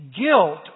guilt